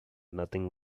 nothing